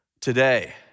today